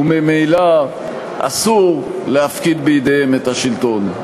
וממילא אסור להפקיד בידיהם את השלטון.